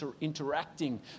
interacting